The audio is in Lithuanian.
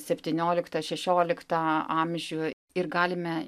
septynioliktą šešioliktą amžių ir galime